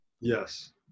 Yes